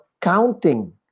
counting